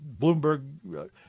Bloomberg